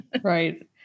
Right